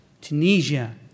Tunisia